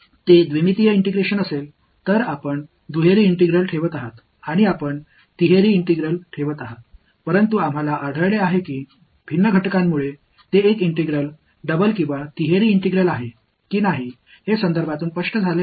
இரு பரிமாண இன்டெக்ரால்ஸ் இதை வேறு பாடத்தில் நீங்கள் பார்த்திருக்கலாம் நீங்கள் ஒரு இரட்டை இன்டெக்ரால்ஸ் மூன்று இன்டெக்ரால்ஸ் வைப்பீர்கள் ஆனால் வேறுபட்ட உறுப்பு என்பதால் இது ஒற்றை இரட்டை அல்லது மூன்று இன்டெக்ரால்ஸ் என்பது சூழலில் இருந்து தெளிவாகிறது என்பதை நாங்கள் காண்கிறோம்